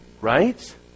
right